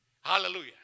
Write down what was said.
Hallelujah